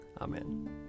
Amen